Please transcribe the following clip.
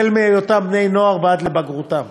מהיותם בני-נוער ועד לבגרותם.